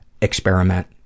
experiment